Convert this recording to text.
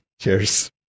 Cheers